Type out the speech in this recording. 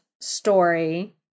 story